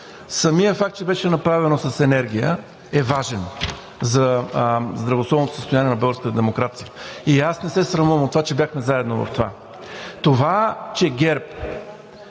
самият факт, че беше направено с енергия, е важен за здравословното състояние на българската демокрация. И аз не се срамувам, че бяхме заедно в това. Това, че ГЕРБ